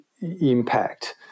impact